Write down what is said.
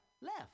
Left